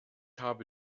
habe